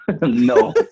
No